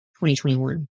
2021